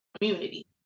community